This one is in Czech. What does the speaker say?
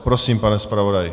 Prosím, pane zpravodaji.